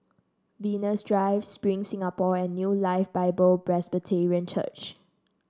Venus Drive Spring Singapore and New Life Bible Presbyterian Church